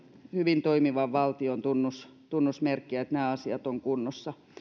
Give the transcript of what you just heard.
hyvin toimivan valtion kaksi keskeistä tunnusmerkkiä se että nämä asiat ovat kunnossa